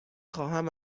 خواهم